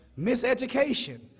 miseducation